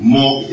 More